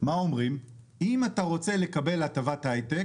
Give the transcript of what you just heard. אם אתה רוצה לקבל הטבת הייטק